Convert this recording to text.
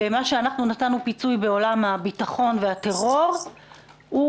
ומה שנתנו פיצוי בעולם הביטחון והטרור הוא